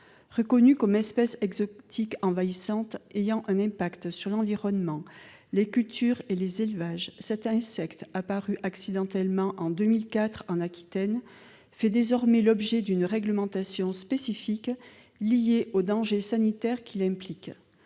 Reconnu comme espèce exotique envahissante ayant un impact sur l'environnement, les cultures et les élevages, cet insecte apparu accidentellement en 2004 en Aquitaine fait désormais l'objet d'une réglementation spécifique liée aux dangers sanitaires qu'il représente.